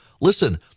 listen